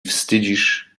wstydzisz